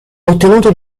ottenuto